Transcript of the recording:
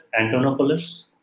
Antonopoulos